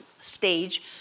stage